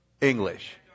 English